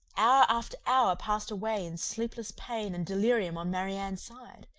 hour after hour passed away in sleepless pain and delirium on marianne's side,